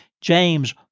James